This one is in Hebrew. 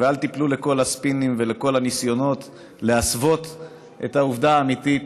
ואל תיתנו לכל הספינים ולכל הניסיונות להסוות את העובדה האמיתית,